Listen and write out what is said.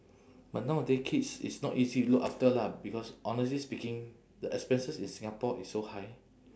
but nowadays kids it's not easy to look after lah because honestly speaking the expenses in singapore is so high